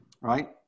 Right